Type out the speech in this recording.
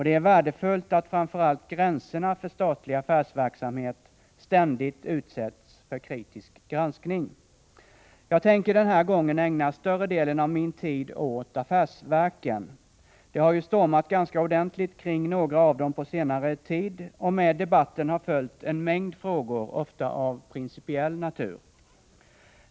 Det är framför allt värdefullt att gränserna för statlig affärsverksamhet ständigt utsätts för kritisk granskning. Jag tänker den här gången ägna större delen av min tid åt affärsverken. Det har ju stormat ganska ordentligt kring några av dem på senare tid, och med debatten har följt en mängd frågor, ofta av principiell natur.